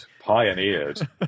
pioneered